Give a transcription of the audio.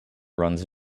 runs